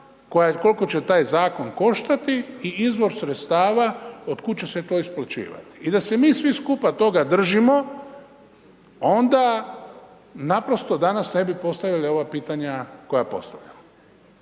koliko će taj Zakon koštati i izvor sredstava odkud će se to isplaćivati. I da se mi svi skupa toga držimo, onda naprosto danas ne bi postavljali ova pitanja koja postavljamo.